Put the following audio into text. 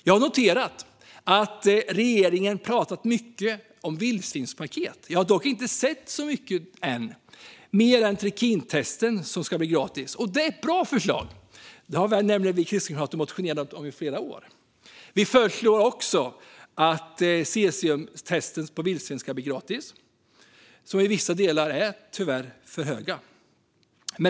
Jag har noterat att regeringen har pratat mycket om ett vildsvinspaket. Vi har dock inte sett så mycket än, mer än att trikintestet ska bli gratis. Det är ett bra förslag; det har nämligen vi kristdemokrater motionerat om i flera år. Vi föreslår också att cesiumtesterna på vildsvin ska bli gratis. I vissa delar är tyvärr halterna för höga.